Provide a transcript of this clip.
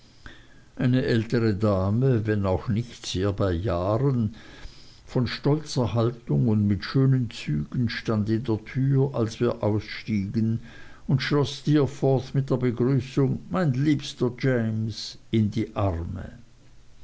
eine ältere dame wenn auch noch nicht sehr bei jahren von stolzer haltung und mit schönen zügen stand in der tür als wir ausstiegen und schloß steerforth mit der begrüßung mein liebster james in die arme